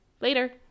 Later